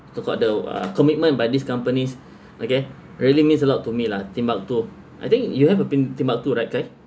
so called the uh commitment by these companies okay really means a lot to me lah timbuktu I think you have a tim~ timbuktu right kyrie